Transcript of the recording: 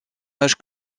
âge